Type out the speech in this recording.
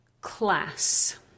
class